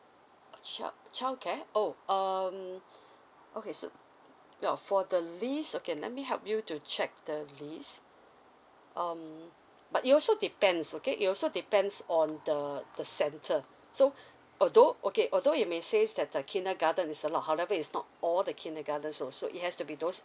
child child care oh um okay so well for the list okay let me help you to check the list um but it also depends okay it also depends on the the center so although okay although you may says that the kindergarten is a lot however is not all the kindergarten so so it has to be those